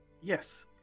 Yes